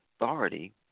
authority